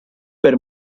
per